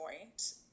point